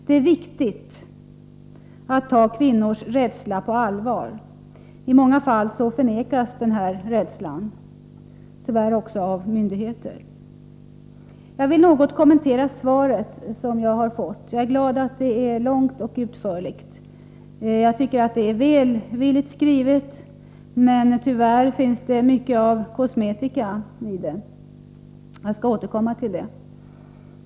Det är viktigt att ta kvinnors rädsla på allvar. I många fall förnekas den här rädslan — tyvärr också av myndigheter. Jag vill något kommentera svaret som jag har fått. Jag är glad över att det är långt och utförligt, och jag tycker att det är välvilligt skrivet, men tyvärr finns mycket kosmetika i det — jag skall återkomma till det.